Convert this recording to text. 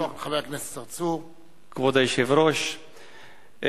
כבוד היושב-ראש,